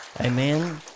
Amen